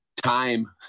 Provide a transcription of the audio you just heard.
Time